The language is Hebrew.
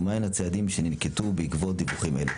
ומהם הצעדים שננקטו בעקבות דיווחים אלה?